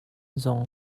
zong